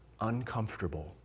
uncomfortable